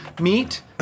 Meet